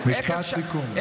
משפט סיכום.